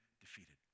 defeated